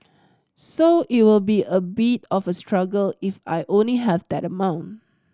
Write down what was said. so it will be a bit of a struggle if I only have that amount